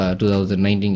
2019